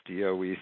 DOE